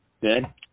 Good